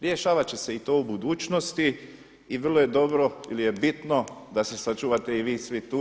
Rješavat će se i to u budućnosti i vrlo je dobro ili je bitno da se sačuvate i vi svi tu.